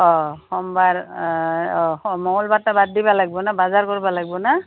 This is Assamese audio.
অঁ সোমবাৰ অঁ মঙলবাৰটা বাদ দিবা লাগিব না বজাৰ কৰিব লাগিব না